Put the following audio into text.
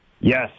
yes